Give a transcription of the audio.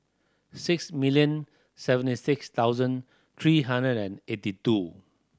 six million seventy six thousand three hundred and eighty two